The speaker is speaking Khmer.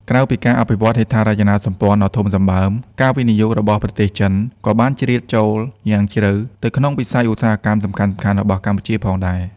ក្រៅពីការអភិវឌ្ឍន៍ហេដ្ឋារចនាសម្ព័ន្ធដ៏ធំសម្បើម ការវិនិយោគរបស់ប្រទេសចិនក៏បានជ្រៀតចូលយ៉ាងជ្រៅទៅក្នុងវិស័យឧស្សាហកម្មសំខាន់ៗរបស់កម្ពុជាផងដែរ។